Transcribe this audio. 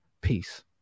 Peace